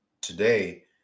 today